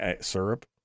syrup